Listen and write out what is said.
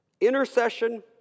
Intercession